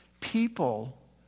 People